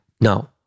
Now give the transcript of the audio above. No